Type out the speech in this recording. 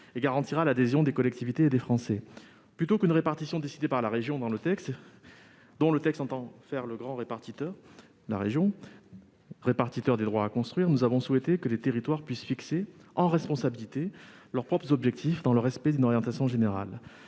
et garantira l'adhésion des collectivités locales et des Français. Plutôt qu'une répartition décidée par la région, dont le texte entend faire le grand répartiteur des droits à construire, nous avons souhaité que les territoires puissent fixer, en responsabilité, leurs propres objectifs dans le respect d'une orientation générale.